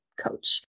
coach